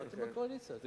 אתם בקואליציה.